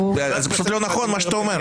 וזה פשוט לא נכון מה שאתה אומר.